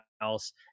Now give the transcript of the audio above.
else